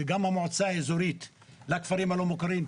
וגם המועצה האזורית לכפרים הלא מוכרים,